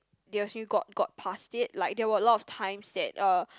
they eventually got got passed it like there were a lot of times that uh